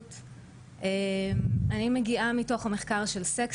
הרבה פעמים זה מגיע ממקום של מתבגרים שרוצים,